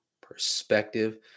perspective